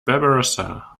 barbarossa